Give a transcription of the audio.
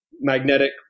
magnetic